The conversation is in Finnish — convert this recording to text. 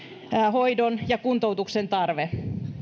hoidon ja kuntoutuksen tarve